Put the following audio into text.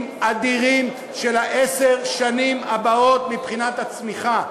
אדירים של עשר השנים הבאות מבחינת הצמיחה.